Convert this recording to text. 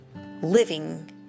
living